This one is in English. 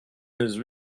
his